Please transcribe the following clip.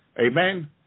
Amen